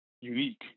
unique